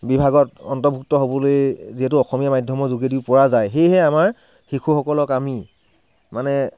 বিভাগত অন্তৰ্ভূক্ত হ'বলৈ যিহেতু অসমীয়া মাধ্যমৰ যোগেদি পৰা যায় সেয়েহে আমাৰ শিশুসকলক আমি মানে